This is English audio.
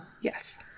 Yes